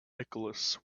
nicholas